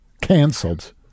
Cancelled